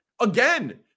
Again